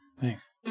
Thanks